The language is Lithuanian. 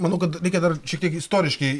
manau kad reikia dar šiek tiek istoriškai